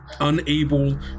unable